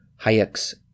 Hayek's